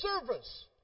service